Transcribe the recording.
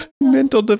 Mental